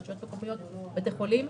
רשויות מקומיות ובתי חולים.